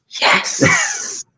Yes